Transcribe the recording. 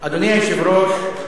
אדוני היושב-ראש,